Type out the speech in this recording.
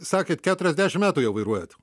sakėt keturiasdešim metų jau vairuojat